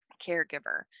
caregiver